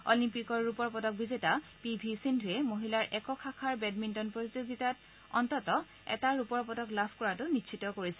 অলিম্পিকৰ ৰূপৰ পদক বিজেতা পি ভি সিন্ধুৱে মহিলাৰ একক শাখাৰ বেডমিণ্টন প্ৰতিযোগিতাত ক্ৰমেও এটা ৰূপৰ পদক লাভ কৰাতো নিশ্চিত কৰিছে